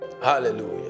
hallelujah